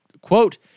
quote